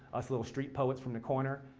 us little street poets, from the corner.